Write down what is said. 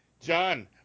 John